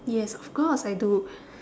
yes of course I do